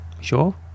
Sure